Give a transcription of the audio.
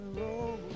roll